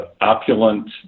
opulent